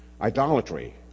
idolatry